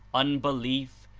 unbelief,